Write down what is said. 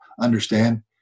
understand